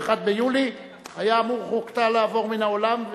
ביולי 2007 היה אמור חוק טל לעבור מן העולם.